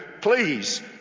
please